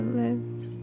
lips